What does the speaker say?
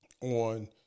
on